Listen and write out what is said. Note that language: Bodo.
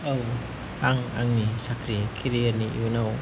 औ आं आंनि साख्रि केरियारनि उनाव